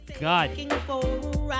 God